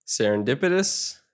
Serendipitous